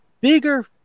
bigger